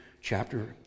chapter